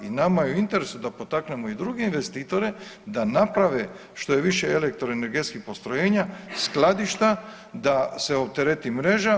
I nama je u interesu da potaknemo i druge investitore da naprave što je više elektroenergetskih postrojenja, skladišta, da se optereti mreža.